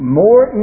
more